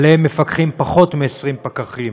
שעליהם מפקחים פחות מ-20 פקחים.